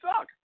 suck